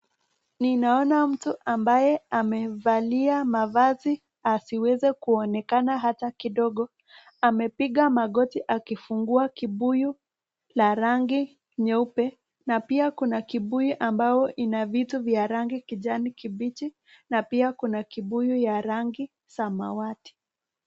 Ninaona mtu ambaye amevalia mavazi asiweze kuonekana hata kidogo. Amepiga magoti akifungua kibuyu la rangi nyeupe na pia kuna kibuyu ambayo ina vitu vya rangi kijani kibichi na pia kuna kibuyu ya rangi samawati.